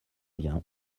bien